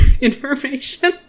information